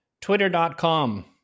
Twitter.com